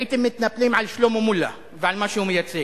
הייתם מתנפלים על שלמה מולה ועל מה שהוא מייצג.